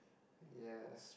yes